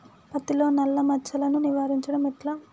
పత్తిలో నల్లా మచ్చలను నివారించడం ఎట్లా?